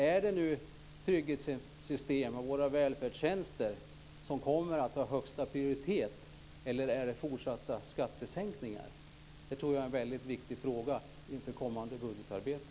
Är det trygghetssystemen och våra välfärdstjänster som kommer att ha högsta prioritet eller är det fortsatta skattesänkningar? Det tror jag är en väldigt viktig fråga inför kommande budgetarbete.